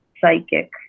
psychic